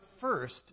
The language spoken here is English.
first